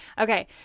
Okay